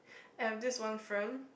I have this one friend